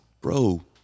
bro